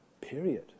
period